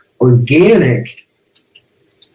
organic